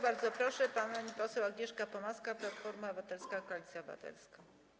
Bardzo proszę panią poseł Agnieszkę Pomaską, Platforma Obywatelska - Koalicja Obywatelska.